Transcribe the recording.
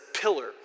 pillar